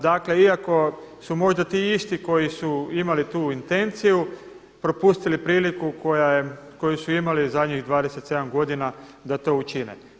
Dakle, iako su možda ti isti koji su imali tu intenciju propustili priliku koju su imali zadnjih 27 godina da to učine.